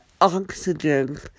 oxygen